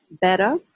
better